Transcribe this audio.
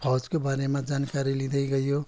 फौजको बारेमा जानकारी लिँदै गइयो